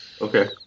Okay